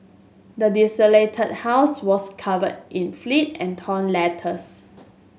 the desolated house was covered in filth and torn letters